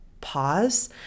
pause